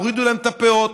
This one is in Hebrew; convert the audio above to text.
הורידו להם את הפאות,